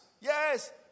Yes